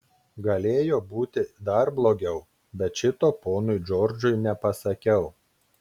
galėjo būti dar blogiau bet šito ponui džordžui nepasakiau